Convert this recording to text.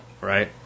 right